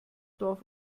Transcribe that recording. dorf